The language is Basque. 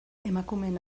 emakumeen